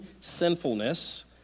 sinfulness